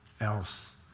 else